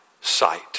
sight